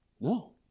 No